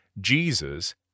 Jesus